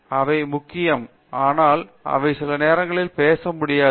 எனவே அவை முக்கியம் ஆனால் அவை சில நேரங்களில் பேச முடியாது